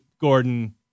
Gordon